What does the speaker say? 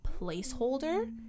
placeholder